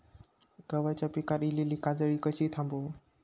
गव्हाच्या पिकार इलीली काजळी कशी थांबव?